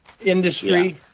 industry